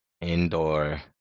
indoor